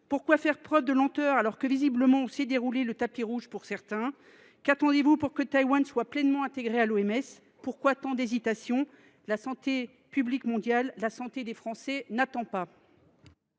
Pourquoi faire preuve de lenteur alors qu’on sait visiblement dérouler le tapis rouge pour certains ? Qu’attendez vous pour que Taïwan soit pleinement intégrée à l’OMS ? Pourquoi tant d’hésitations ? La santé publique mondiale et la santé des Français n’attendent pas